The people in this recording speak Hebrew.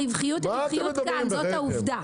הרווחיות היא רווחיות כאן, זאת העובדה.